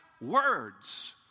words